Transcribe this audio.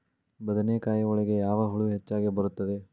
ಬದನೆಕಾಯಿ ಒಳಗೆ ಯಾವ ಹುಳ ಹೆಚ್ಚಾಗಿ ಬರುತ್ತದೆ?